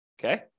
Okay